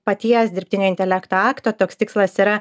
paties dirbtinio intelekto akto toks tikslas yra